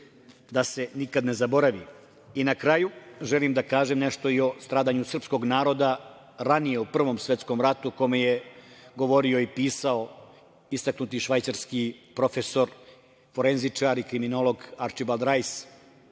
da se nikad ne zaboravi. Na kraju želim da kažem nešto i o stradanju srpskog naroda ranije u Prvom svetskom ratu, a o kome je govorio i pisao istaknuti švajcarski profesor, forenzičar i kriminolog Arčibald Rajs.